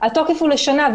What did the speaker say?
התוקף הוא לשנה,